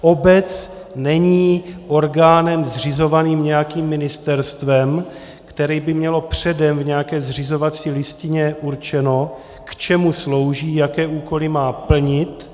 Obec není orgánem zřizovaným nějakým ministerstvem, které by mělo předem v nějaké zřizovací listině určeno, k čemu slouží, jaké úkoly má plnit.